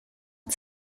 die